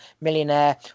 millionaire